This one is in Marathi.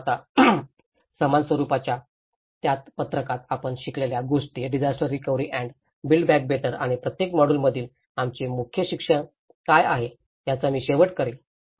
परंतु आता समान स्वरुपाच्या त्याच पत्रकात आपण शिकलेल्या गोष्टी डिझास्टर रिकव्हरी आणि बिल्ड बॅक बेटर आणि प्रत्येक मॉड्यूलमधील आमचे मुख्य शिक्षण काय आहे याचा मी शेवट करीन